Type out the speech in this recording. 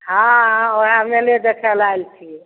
हाँ हाँ ओहए मेले देखै लए आएल छियै